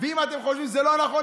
ואם אתם חושבים שזה לא נכון,